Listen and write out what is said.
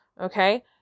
Okay